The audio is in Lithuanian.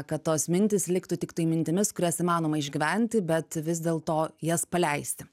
kad tos mintys liktų tiktai mintimis kurias įmanoma išgyventi bet vis dėlto jas paleisti